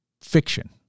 fiction